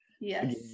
yes